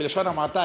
בלשון המעטה,